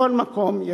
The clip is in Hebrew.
מכל מקום,